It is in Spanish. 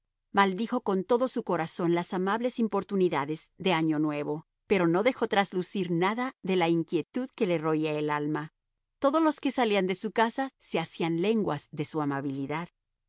maldijo con todo su corazón las amables importunidades de año nuevo pero no dejó traslucir nada de la inquietud que le roía el alma todos los que salían de su casa se hacían lenguas de su amabilidad